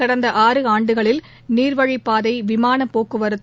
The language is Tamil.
கடந்த ஆறு ஆண்டுகளில் நீா்வழிபாதை விமான போக்குவரத்து